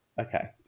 Okay